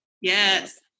Yes